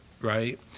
right